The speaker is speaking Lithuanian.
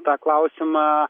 tą klausimą